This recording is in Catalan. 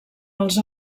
els